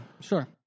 sure